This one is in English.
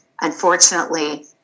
unfortunately